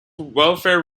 welfare